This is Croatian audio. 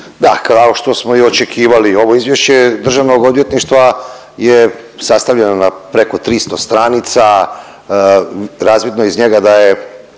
da kao što smo i očekivali ovo izvješće državnog odvjetništva je sastavljeno na preko 300 stranica, razvidno je iz njega da je